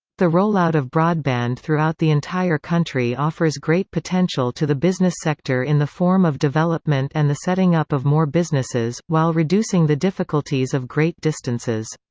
the rollout of broadband throughout the entire country offers great potential to the business sector in the form of development and the setting up of more businesses, while reducing the difficulties of great distances.